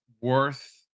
worth